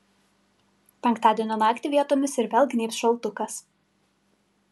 penktadienio naktį vietomis ir vėl gnybs šaltukas